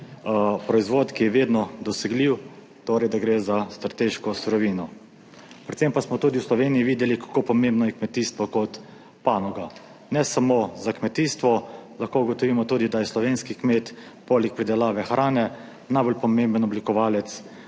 proizvod, ki je vedno dosegljiv, torej da gre za strateško surovino. Predvsem pa smo tudi v Sloveniji videli, kako pomembno je kmetijstvo kot panoga, ne samo za kmetijstvo, lahko ugotovimo tudi, da je slovenski kmet poleg pridelave hrane najbolj pomemben oblikovalec